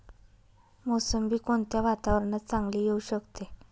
मोसंबी कोणत्या वातावरणात चांगली येऊ शकते?